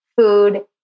food